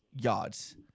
yards